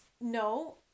no